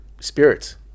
spirits